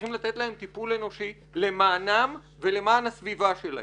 שצריכים לתת להם טיפול אנושי למענם ולמען הסביבה שלהם.